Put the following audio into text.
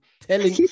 telling